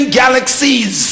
galaxies